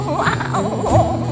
wow